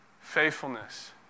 faithfulness